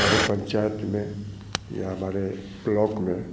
हमारे पंचायत में या हमारे ब्लॉक में